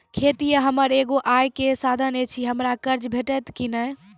खेतीये हमर एगो आय के साधन ऐछि, हमरा कर्ज भेटतै कि नै?